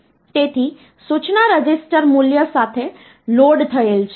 તેથી સૂચના રજીસ્ટર મૂલ્ય સાથે લોડ થયેલ છે